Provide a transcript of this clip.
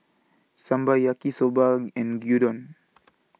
Sambar Yaki Soba and Gyudon